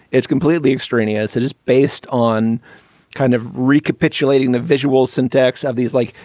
it's completely extraneous. it is based on kind of recapitulating the visual syntax of these like,